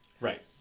Right